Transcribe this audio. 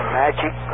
magic